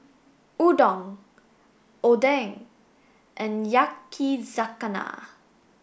Udon Oden and Yakizakana